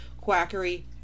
quackery